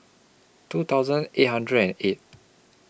two thousand eight hundred and eight